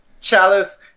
Chalice